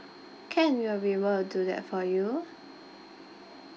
can we will be able to do that for you